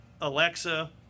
Alexa